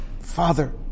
Father